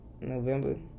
November